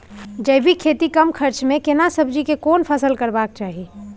जैविक खेती कम खर्च में केना सब्जी के कोन फसल करबाक चाही?